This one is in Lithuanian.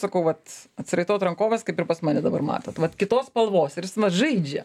sakau vat atsiraitot rankoves kaip ir pas mane dabar matot vat kitos spalvos ir jis vat žaidžia